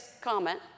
comment